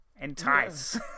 Entice